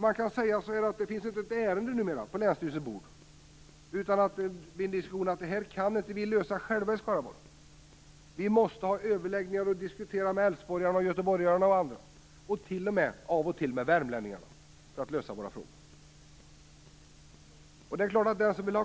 Man kan säga att det numera inte finns ett ärende på länsstyrelsens bord där det inte blir en diskussion om att det inte kan lösas av oss själva i Skaraborg. Vi måste ha överläggningar med älvsborgarna, med göteborgarna och ibland t.o.m. med värmlänningarna för att lösa våra frågor. Den modell som vi har i